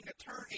attorney